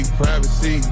privacy